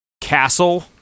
castle